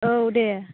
औ दे